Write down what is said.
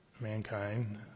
mankind